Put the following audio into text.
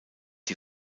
die